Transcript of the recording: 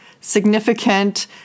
significant